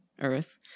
earth